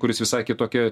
kuris visai kitoki